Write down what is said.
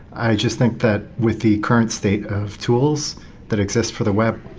i just think that with the current state of tools that exist for the web,